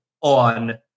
on